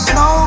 no